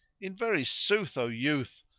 in very sooth, o youth,